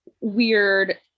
weird